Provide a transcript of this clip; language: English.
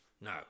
No